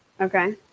Okay